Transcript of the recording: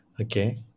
Okay